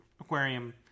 aquarium